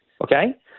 okay